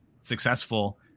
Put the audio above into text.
successful